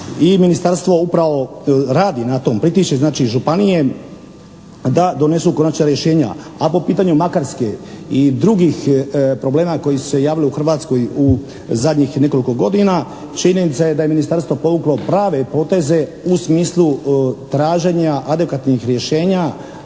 Ministarstvo upravo radi na tom, pritišće znači županije da donesu konačna rješenja. A po pitanju Makarske i drugih problema koji su se javili u Hrvatskoj u zadnjih nekoliko godina činjenica je da je Ministarstvo povuklo prave poteze u smislu traženja adekvatnih rješenja,